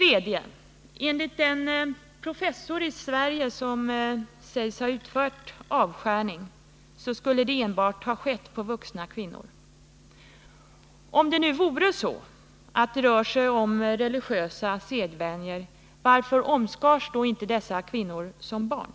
Enligt den professor i Sverige som sägs ha utfört avskärning skulle detta enbart ha skett på vuxna kvinnor. Om det nu vore så att det rör sig om religiösa sedvänjor; varför omskars då inte dessa kvinnor som barn?